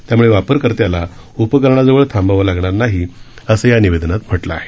त्यामुळे वापरकर्त्याला उपकरणाजवळ थांबावं लागणार नाही असं या निवेदनात म्हटलं आहे